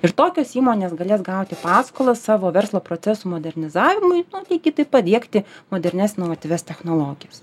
ir tokios įmonės galės gauti paskolą savo verslo procesų modernizavimui nu iki taip pat diegti modernias inovatyvias technologijas